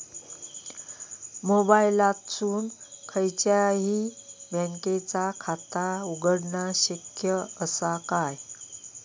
मोबाईलातसून खयच्याई बँकेचा खाता उघडणा शक्य असा काय?